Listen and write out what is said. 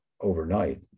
overnight